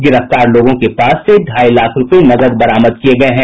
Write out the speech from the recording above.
गिरफ्तार लोगों के पास से ढाई लाख रुपये नकद बरामद किये गये हैं